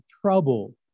trouble